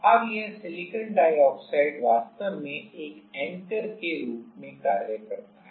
अब यह silicon dioxide वास्तव में एंकर के रूप में कार्य करता है